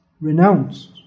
renounced